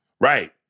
Right